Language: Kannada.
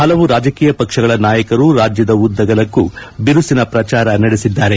ಹಲವು ರಾಜಕೀಯ ಪಕ್ಷಗಳ ನಾಯಕರು ರಾಜ್ಯದ ಉದ್ದಗಲಕ್ಕೂ ಬಿರುಸಿನ ಪ್ರಚಾರ ನಡೆಸಿದ್ದಾರೆ